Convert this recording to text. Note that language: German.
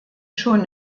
schon